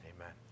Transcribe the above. Amen